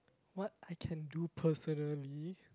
what I can do personally